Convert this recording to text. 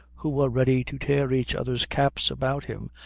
who were ready to tear each other's caps about him,